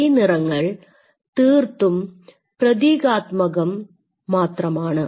ഈ നിറങ്ങൾ തീർത്തും പ്രതീകാത്മകം മാത്രമാണ്